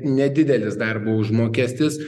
nedidelis darbo užmokestis